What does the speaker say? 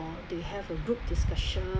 they have a group discussion